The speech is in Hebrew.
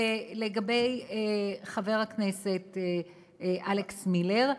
לגבי חבר הכנסת אלכס מילר,